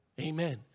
Amen